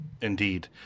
Indeed